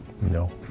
No